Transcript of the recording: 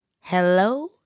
Hello